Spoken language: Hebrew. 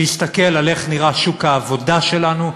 שיסתכל איך נראה שוק העבודה שלנו,